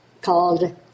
called